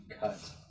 cut